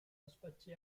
ysbyty